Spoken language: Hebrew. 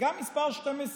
וגם מס' 12,